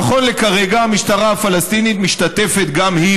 נכון לכרגע המשטרה הפלסטינית משתתפת גם היא